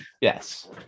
yes